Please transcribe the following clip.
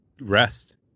rest